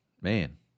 man